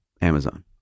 Amazon